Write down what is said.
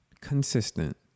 Consistent